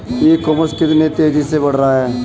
ई commerce कितनी तेजी से बढ़ रहा है?